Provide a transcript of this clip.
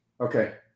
Okay